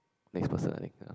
next person ah I think yeah